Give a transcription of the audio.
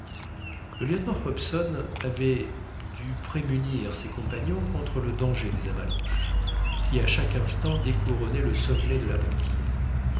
le lieutenant hobson avait dû prémunir ses compagnons contre le danger des avalanches qui à chaque instant découronnaient le sommet de la banquise